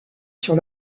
sur